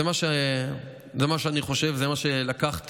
זה מה שאני חושב, זה מה שלקחתי